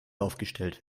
aufgestellt